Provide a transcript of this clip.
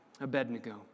Abednego